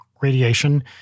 radiation